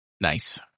Nice